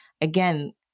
again